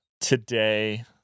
today